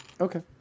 Okay